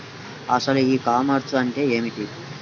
అసలు ఈ కామర్స్ అంటే ఏమిటి?